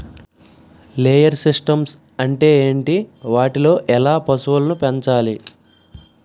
Layer systems అంటే ఏంటి? వాటిలో ఎలా పశువులను పెంచాలి?